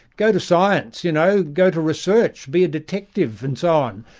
go to science, you know, go to research, be a detective, and so on.